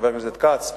חבר הכנסת כץ,